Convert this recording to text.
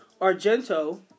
Argento